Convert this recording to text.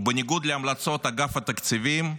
ובניגוד להמלצות אגף התקציבים,